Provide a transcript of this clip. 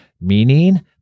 meaning